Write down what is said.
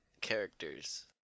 characters